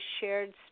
shared